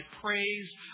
praise